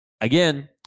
again